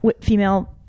female